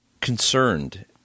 concerned